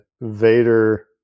Vader